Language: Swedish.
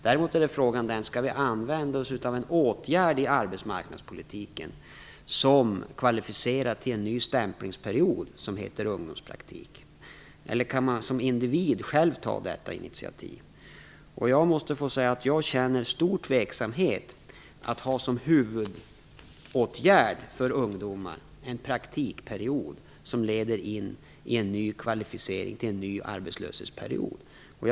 Frågan är däremot om vi skall använda oss av en åtgärd i arbetsmarknadspolitiken som heter ungdomspraktik och som kvalificerar till ny stämplingsperiod, eller kan man som individ själv ta detta initiativ? Jag känner stor tveksamhet inför att ha en praktikperiod som kvalificerar för en ny arbetslöshetsperiod som huvudåtgärd för ungdomar.